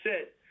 sit